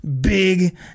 big